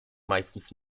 meistens